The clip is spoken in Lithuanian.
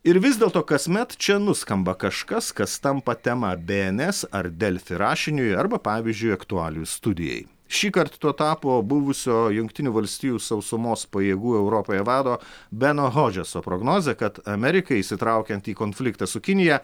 ir vis dėlto kasmet čia nuskamba kažkas kas tampa tema bns ar delfi rašiniui arba pavyzdžiui aktualijų studijai šįkart tuo tapo buvusio jungtinių valstijų sausumos pajėgų europoje vado beno hodžeso prognozė kad amerikai įsitraukiant į konfliktą su kinija